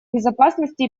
безопасности